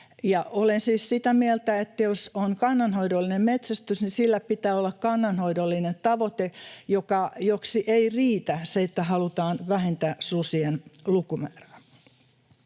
Olen siis sitä mieltä, että jos on kannanhoidollinen metsästys, niin sillä pitää olla kannanhoidollinen tavoite, joksi ei riitä se, että halutaan vähentää susien lukumäärää.